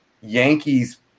Yankees